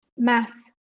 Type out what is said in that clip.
mass